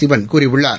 சிவன் கூறியுள்ளார்